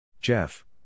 Jeff